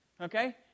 Okay